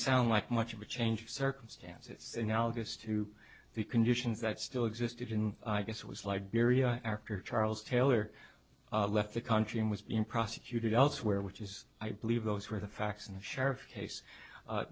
sound like much of a change of circumstances analogous to the conditions that still existed in i guess it was liberia after charles taylor left the country and was being prosecuted elsewhere which is i believe those were the facts and sheriff case